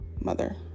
mother